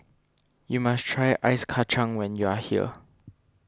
you must try Ice Kachang when you are here